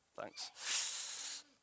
Thanks